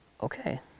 Okay